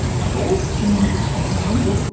as always, the name is at the top of my window.